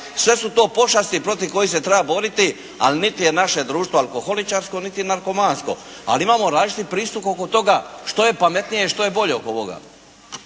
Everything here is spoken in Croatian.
Sve su to pošasti protiv kojih se treba boriti, ali niti je naše društvo alkoholičarsko niti narkomansko. Ali imamo različiti pristup oko toga što je pametnije i što je bolje oko ovoga.